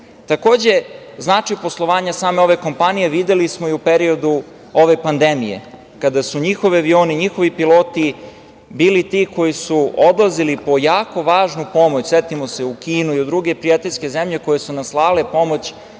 značaj poslovanja same ove kompanije videli smo i u periodu ove pandemije, kada su njihovi avioni, njihovi piloti bili ti koji su odlazili po jako važnu pomoć, setimo se, u Kinu i u druge prijateljske zemlje koje su nam slale pomoć